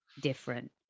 different